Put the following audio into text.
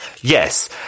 Yes